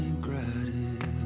gratitude